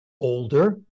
older